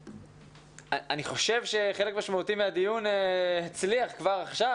אני חושב שחלק משמעותי מהדיון הצליח כבר עכשיו,